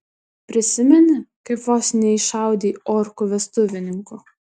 prisimeni kaip vos neiššaudei orkų vestuvininkų